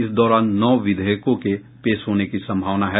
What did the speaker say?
इस दौरान नौ विधेयकों के पेश होने की सम्भावना है